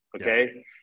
okay